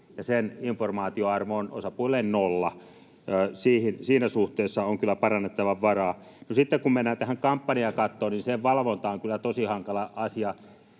ja sen informaatioarvo on osapuilleen nolla. Siinä suhteessa on kyllä parannettavan varaa. No, sitten kun mennään tähän kampanjakattoon, niin sen valvonta on kyllä tosi hankala asia.